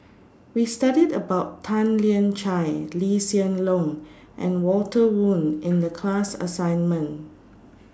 We studied about Tan Lian Chye Lee Hsien Loong and Walter Woon in The class assignment